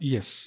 Yes